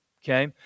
Okay